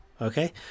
okay